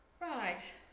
Right